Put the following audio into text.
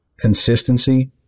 consistency